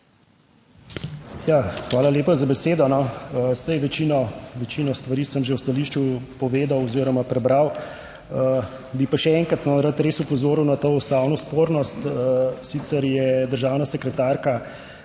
hvala lepa za besedo. Saj večino stvari sem že v stališču povedal oziroma prebral. bi pa še enkrat rad res opozoril na to ustavno spornost. Sicer je državna sekretarka